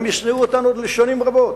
והם ישנאו אותנו עוד שנים רבות,